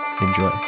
enjoy